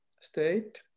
state